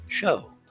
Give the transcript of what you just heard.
show